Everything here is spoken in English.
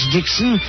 Dixon